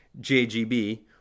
JGB